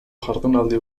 jardunaldi